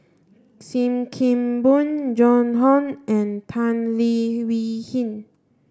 Sim Kee Boon Joan Hon and Tan Leo Wee Hin